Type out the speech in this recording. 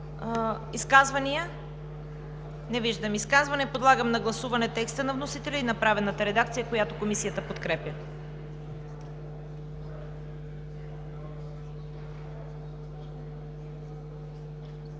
Изказвания по § 7? Не виждам изказвания. Подлагам на гласуване текста на вносителя и направената редакция, която Комисията подкрепя.